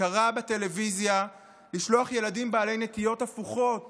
קרא בטלוויזיה לשלוח ילדים בעלי נטיות הפוכות